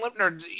Lipner